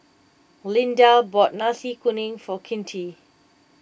Lynda bought Nasi Kuning for Kinte